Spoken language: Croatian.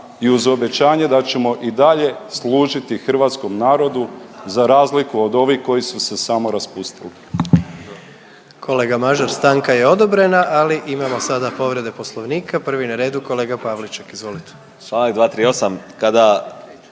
i uz obećanje da ćemo i dalje služiti hrvatskom narodu za razliku od ovih koji su se samo raspustili. **Jandroković, Gordan (HDZ)** Kolega Mažar, stanka je odobrena ali imamo sada povrede Poslovnika. Prvi je na redu kolega Pavliček, izvolite.